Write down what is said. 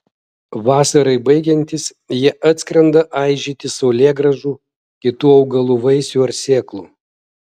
vasarai baigiantis jie atskrenda aižyti saulėgrąžų kitų augalų vaisių ar sėklų